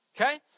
Okay